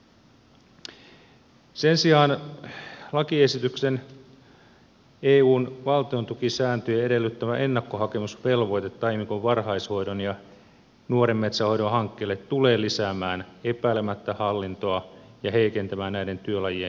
sen sijaan lakiesityksen eun valtiontukisääntöjen edellyttämä ennakkohakemusvelvoite taimikon varhaishoidon ja nuoren metsän hoidon hankkeelle tulee lisäämään epäilemättä hallintoa ja heikentämään näiden työlajien houkuttelevuutta